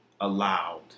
allowed